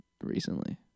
recently